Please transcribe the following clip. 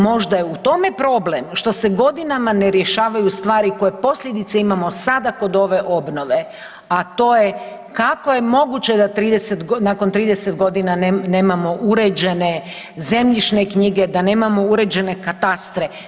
Možda je u tome problem što se godinama je rješavaju stvari koje posljedice imamo sada kod ove obnove a to je kako je moguće da nakon 30 godina nemamo uređene zemljišne-knjige, da nemamo uređene katastre?